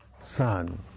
son